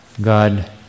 God